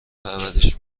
پرورش